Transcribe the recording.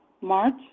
march